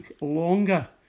longer